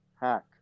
Hack